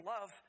love